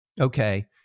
Okay